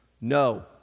no